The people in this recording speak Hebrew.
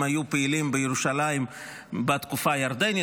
היו פעילות בירושלים בתקופה הירדנית,